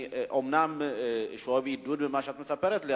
אומנם אני שואב עידוד ממה שאת מספרת לי,